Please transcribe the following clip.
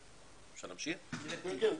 10:12)